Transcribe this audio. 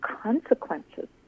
consequences